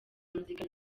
muzika